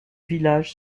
village